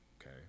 okay